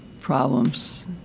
problems